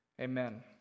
amen